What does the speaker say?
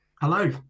Hello